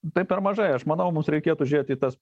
tai per mažai aš manau mums reikėtų žiūrėti į tas